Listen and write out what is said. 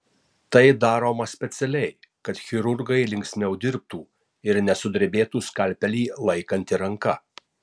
tai daroma specialiai kad chirurgai linksmiau dirbtų ir nesudrebėtų skalpelį laikanti ranka